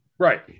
Right